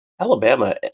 Alabama